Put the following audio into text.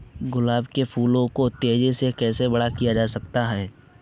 गुलाब के फूलों को तेजी से कैसे बड़ा किया जा सकता है?